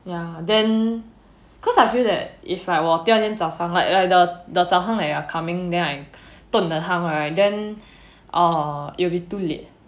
ya then cause I feel that if 我第二天早上 like the 早上 that you are coming then I 炖 the 汤 right then it will be too late